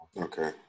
Okay